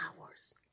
hours